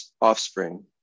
offspring